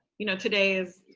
you know, today is,